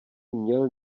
měl